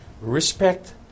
respect